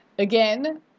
Again